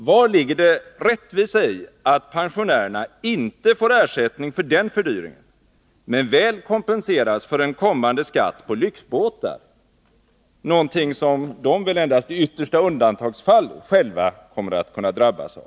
Var ligger det rättvisa i att pensionärerna inte får ersättning för den fördyringen men väl kompensation för en kommande skatt på lyxbåtar, någonting som de väl endast i yttersta undantagsfall själva kommer att kunna drabbas av?